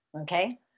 okay